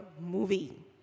movie